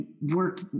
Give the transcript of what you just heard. work